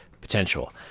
potential